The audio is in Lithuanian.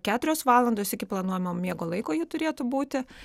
keturios valandos iki planuojamo miego laiko ji turėtų būti